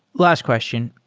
last question.